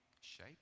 shape